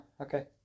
Okay